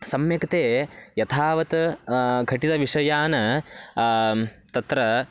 सम्यक् ते यथावत् घटितविषयान् तत्र